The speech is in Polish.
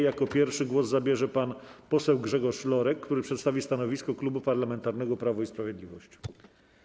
Jako pierwszy głos zabierze pan poseł Grzegorz Lorek, który przedstawi stanowisko Klubu Parlamentarnego Prawo i Sprawiedliwość.